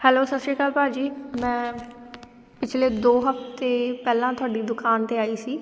hello ਸਤਿ ਸ਼੍ਰੀ ਅਕਾਲ ਭਾਅ ਜੀ ਮੈਂ ਪਿਛਲੇ ਦੋ ਹਫਤੇ ਪਹਿਲਾਂ ਤੁਹਾਡੀ ਦੁਕਾਨ 'ਤੇ ਆਈ ਸੀ